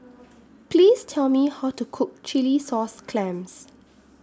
Please Tell Me How to Cook Chilli Sauce Clams